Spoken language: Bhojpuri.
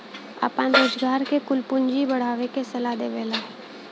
आपन रोजगार के कुल पूँजी बढ़ावे के सलाह देवला